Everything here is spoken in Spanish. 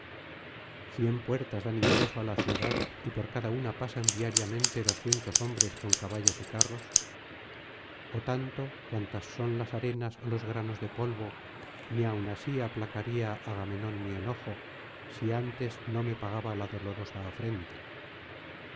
cien puertas dan ingreso á la ciudad y por cada una pasan diariamente doscientos hombres con caballos y carros ó tanto cuantas son las arenas ó los granos de polvo ni aun así aplacaría agamenón mi enojo si antes no me pagaba la dolorosa afrenta